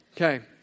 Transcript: Okay